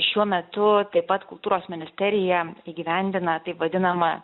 šiuo metu taip pat kultūros ministerija įgyvendina taip vadinamą